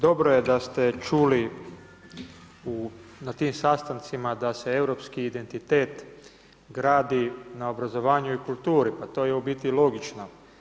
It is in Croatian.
Dobro je da ste čuli u, na tim sastancima, da se europski identitet gradi na obrazovanju i kulturi, pa to je u biti logično.